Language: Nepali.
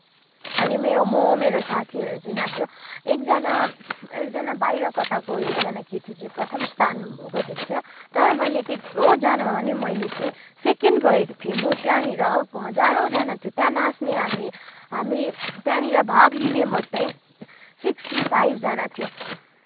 अनि मेरो म मेरो साथीहरू चाहिँ नाच्यो एकजना एकजना बाहिर कताको एकजना केटी चाहिँ प्रथम स्थान ओगटेको थियो तर मैले त्यत्रो जनामा पनि मैले चाहिँ सेकेन्ड भएको थिएँ म त्यहाँनिर हजारौँजना थियो त्यहाँ नाच्ने हामी हामी त्यहाँनिर भाग लिने मात्रै सिक्स्टी फाइभ जना थियो